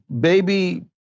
baby